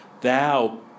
thou